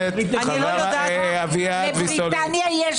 לבריטניה יש